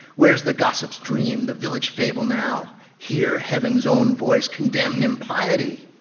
where's the gossips dream, the village fable now? hear heaven's own voice condemn and impiety,